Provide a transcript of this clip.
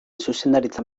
zuzendaritza